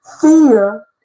Fear